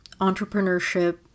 entrepreneurship